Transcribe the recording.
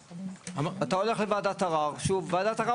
אתה הולך לוועדת ערער, ועדת ערער